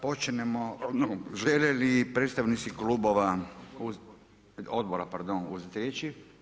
Počnimo, žele li predstavnici klubova, odbora, pardon, uzeti riječ?